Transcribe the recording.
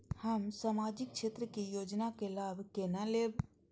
हम सामाजिक क्षेत्र के योजना के लाभ केना लेब?